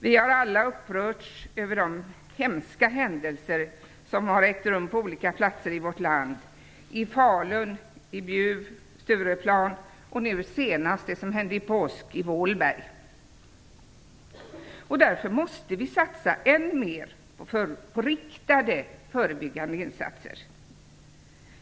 Vi har alla upprörts över de hemska händelser som har ägt rum på olika platser i vårt land, i Falun, i Bjuv, vid Stureplan och nu senast det som hände under påskhelgen i Vålberg. Därför måste vi satsa än mer på riktade förebyggande insatser.